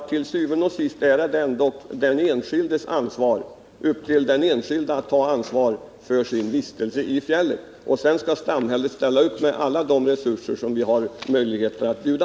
Til syvende og sidst är det ändå upp till den enskilde att ta ansvar för sin vistelse i fjällen. Men givetvis skall samhället ställa upp med alla de resurser som det har möjlighet att erbjuda.